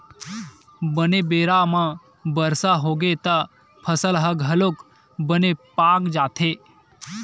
बने बेरा म बरसा होगे त फसल ह घलोक बने पाक जाथे